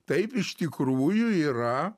taip iš tikrųjų yra